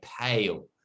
pale